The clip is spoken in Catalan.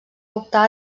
optar